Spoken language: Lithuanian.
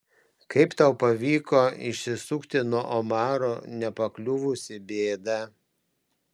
kaip tau pavyko išsisukti nuo omaro nepakliuvus į bėdą